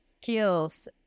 skills